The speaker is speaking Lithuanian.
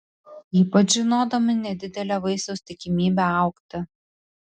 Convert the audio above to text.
ypač žinodami nedidelę vaisiaus tikimybę augti